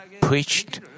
preached